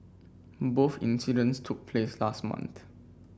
both incidents took place last month